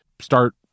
start